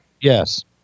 Yes